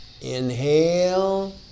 Inhale